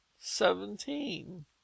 SEVENTEEN